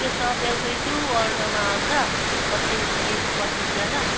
त्यो सहदेवको इत्रो अल्टोमा आँट्छ पच्चिस बिस पच्चिसजाना